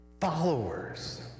Followers